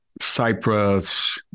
cyprus